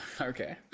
Okay